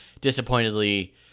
disappointedly